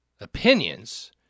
opinions